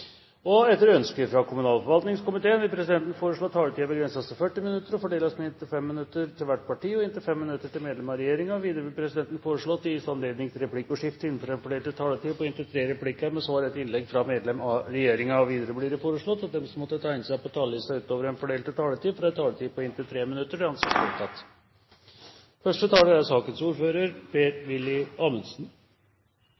9. Etter ønske fra kommunal- og forvaltningskomiteen vil presidenten foreslå at taletiden begrenses til 40 minutter og fordeles med inntil 5 minutter til hvert parti og inntil 5 minutter til medlem av regjeringen. Videre vil presidenten foreslå at det gis anledning til replikkordskifte på inntil tre replikker med svar etter innlegg fra medlem av regjeringen innenfor den fordelte taletid. Videre blir det foreslått at de som måtte tegne seg på talerlisten utover den fordelte taletid, får en taletid på inntil 3 minutter. – Det anses vedtatt.